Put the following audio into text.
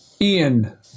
Ian